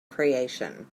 creation